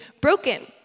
broken